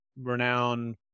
renowned